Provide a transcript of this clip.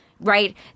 right